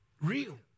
real